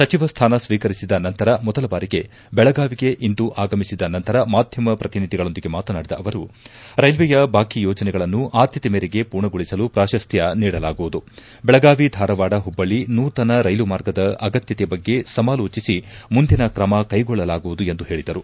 ಸಚಿವ ಸ್ಥಾನ ಸ್ವೀಕರಿಸಿದ ನಂತರ ಮೊದಲ ಬಾರಿಗೆ ಬೆಳಗಾವಿಗೆ ಇಂದು ಆಗಮಿಸಿದ ನಂತರ ಮಾಧ್ಯಮ ಪ್ರತಿನಿಧಿಗಳೊಂದಿಗೆ ಮಾತನಾಡಿದ ಅವರು ರೈಲ್ವೆಯ ಬಾಕಿ ಯೋಜನೆಗಳನ್ನು ಆದ್ಯತೆ ಮೇರೆಗೆ ಪೂರ್ಣಗೊಳಿಸಲು ಪುರಸ್ತ್ಯ ನೀಡಲಾಗುವುದು ಬೆಳಗಾವಿ ಧಾರವಾಡ ಹುಬ್ಬಳ್ಳಿ ನೂತನ ರೈಲು ಮಾರ್ಗದ ಅಗತ್ತತೆ ಬಗ್ಗೆ ಸಮಾಲೋಜಿಸಿ ಮುಂದಿನ ಕ್ರಮ ಕೈಗೊಳ್ಳಲಾಗುವುದು ಎಂದು ಹೇಳಿದರು